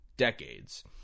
Decades